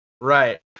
Right